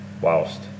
Whilst